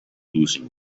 losing